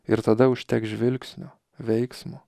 ir tada užteks žvilgsnio veiksmo